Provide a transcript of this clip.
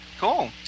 Cool